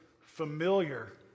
familiar